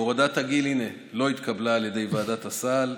הינה, הורדת הגיל לא התקבלה על ידי ועדת הסל.